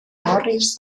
morris